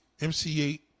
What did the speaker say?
MC8